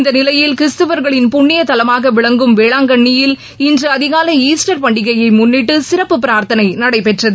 இந்த நிலையில் கிறிஸ்துவர்களின் புண்ணியத்தலமாக விளங்கும் வேளாங்கண்ணின் இன்று அதிகாலை ஈஸ்டர் பண்டிகையை முன்னிட்டு சிறப்பு பிரார்த்தனை நடைபெற்றது